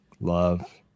Love